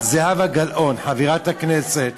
את, זהבה גלאון, חברת הכנסת,